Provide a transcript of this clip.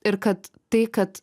ir kad tai kad